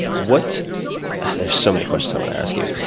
what there's so many questions i wanna ask you.